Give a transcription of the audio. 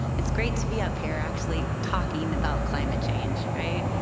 it's great to be up here actually talking about climate change, right?